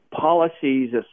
policies